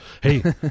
Hey